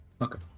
Okay